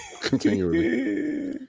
continually